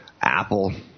Apple